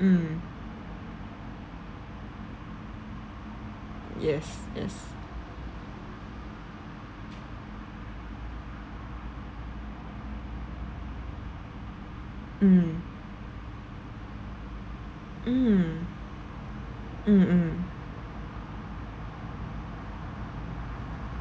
mm yes yes mm mm mm mm